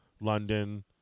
London